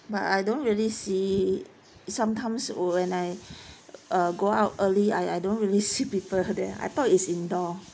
but I don't really see sometimes when I err go out early I I don't really see people there I thought it's indoor